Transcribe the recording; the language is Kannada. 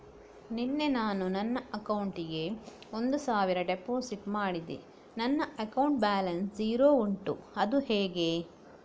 ನಿನ್ನೆ ನಾನು ನನ್ನ ಅಕೌಂಟಿಗೆ ಒಂದು ಸಾವಿರ ಡೆಪೋಸಿಟ್ ಮಾಡಿದೆ ನನ್ನ ಅಕೌಂಟ್ ಬ್ಯಾಲೆನ್ಸ್ ಝೀರೋ ಉಂಟು ಅದು ಹೇಗೆ?